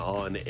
on